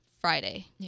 Friday